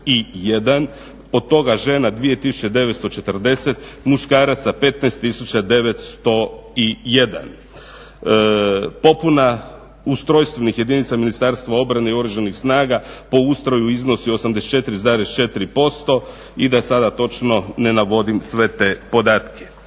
od toga žena 2940, muškaraca 15 901. Popuna ustrojstvenih jedinica Ministarstva obrane i oružanih snaga po ustroju iznosi 84,4% i da sada točno ne navodim sve te podatke.